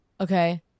okay